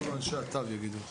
שאת"ב יגידו לך.